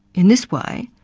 in this way,